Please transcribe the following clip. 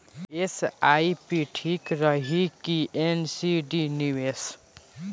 SIP ठीक रही कि एन.सी.डी निवेश?